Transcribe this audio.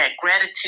gratitude